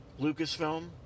Lucasfilm